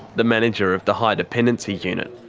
the manager of the high dependency unit.